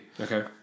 okay